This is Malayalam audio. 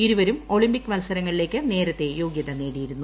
ഇരുവരും ഒളിമ്പിക് മത്സരങ്ങളിലേക്ക് നേരത്തേ യോഗൃത നേടിയിരുന്നു